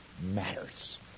matters